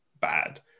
bad